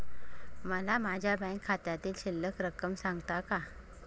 मला माझ्या बँक खात्यातील शिल्लक रक्कम सांगता का?